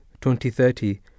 2030